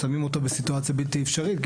שמים אותו בסיטואציה בלתי אפשרית,